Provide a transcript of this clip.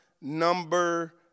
number